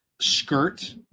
skirt